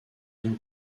bien